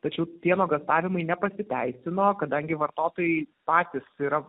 tačiau tie nuogąstavimai nepasiteisino kadangi vartotojai patys yra